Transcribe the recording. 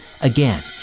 Again